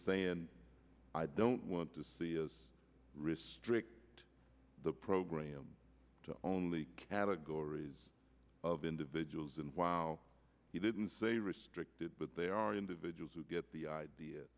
saying i don't want to see his wrists tricked the program to only categories of individuals and wow he didn't say restricted but there are individuals who get the idea